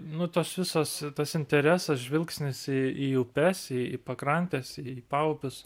nu tas visas tas interesas žvilgsnis į į upes į pakrantes į paupius